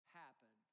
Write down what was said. happen